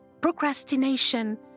Procrastination